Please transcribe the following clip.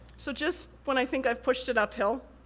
so, just when i think i've pushed it uphill.